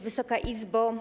Wysoka Izbo!